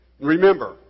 Remember